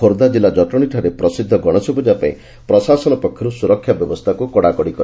ଖୋର୍ବ୍ଧା କିଲ୍ଲ ଜଟଶୀଠାରେ ପ୍ରସିଦ୍ଧ ଗଣେଶ ପୂଜା ପାଇଁ ପ୍ରଶାସନ ପକ୍ଷରୁ ସୁରକ୍ଷା ବ୍ୟବସ୍ରା କଡ଼ାକଡ଼ି କରାଯାଇଛି